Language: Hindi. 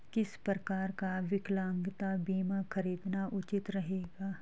किस प्रकार का विकलांगता बीमा खरीदना उचित रहेगा?